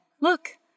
Look